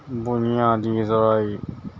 بنیادی ذرائع